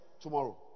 tomorrow